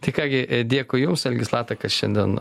tai ką gi dėkui jums algis latakas šiandien